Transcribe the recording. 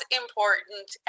important